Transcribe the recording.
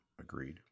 agreed